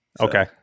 okay